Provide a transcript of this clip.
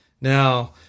Now